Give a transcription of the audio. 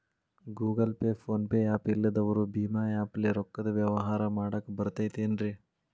Google Pay, PhonePe app ಇಲ್ಲದವರು ಭೇಮಾ app ಲೇ ರೊಕ್ಕದ ವ್ಯವಹಾರ ಮಾಡಾಕ್ ಬರತೈತೇನ್ರೇ?